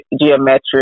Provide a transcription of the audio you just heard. geometric